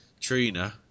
Trina